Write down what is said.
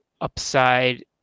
upside